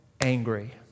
angry